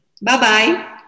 Bye-bye